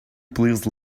please